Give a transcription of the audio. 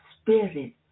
spirit